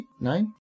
nine